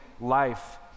life